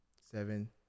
Seven